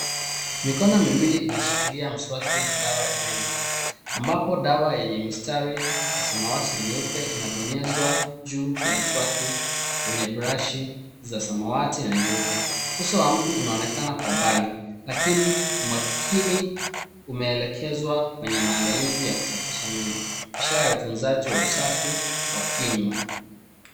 Mikono miwili inashikilia mswaki na dawa ya meno ambapo dawa yenye mistari ya samawati na nyeupe inabonyezwa juu ya mswaki kwenye brashi za samawati na nyeupe. Uso wa mtu unaonekana kwa mbali lakini umakini umeelekezwa kwenye maandalizi ya kusafisha meno, ishara ya utunzaji wa usafi wa kinywa.